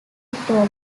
victoria